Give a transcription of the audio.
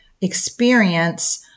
experience